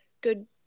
good